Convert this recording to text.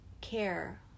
care